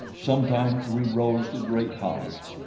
sometimes we rose to great heights,